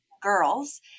girls